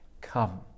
come